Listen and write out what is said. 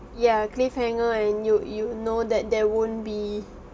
ya cliffhanger I knew you know that there won't be